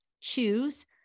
choose